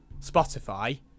Spotify